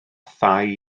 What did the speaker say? thai